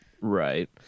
right